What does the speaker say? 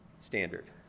Standard